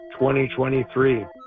2023